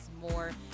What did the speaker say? more